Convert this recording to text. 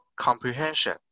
comprehension